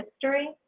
history